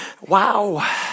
wow